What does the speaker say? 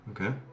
Okay